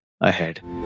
ahead